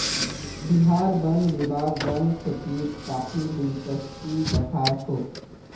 बिहार वन विभाग वन खेतीत काफी दिलचस्पी दखा छोक